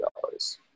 dollars